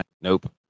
Nope